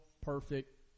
perfect